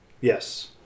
Yes